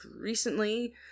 recently